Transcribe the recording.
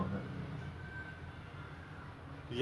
eh ya you need to have clearance